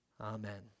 Amen